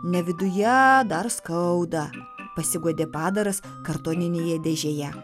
ne viduje dar skauda pasiguodė padaras kartoninėje dėžėje